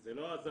וזה לא עזר,